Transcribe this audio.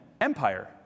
Empire